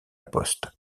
poste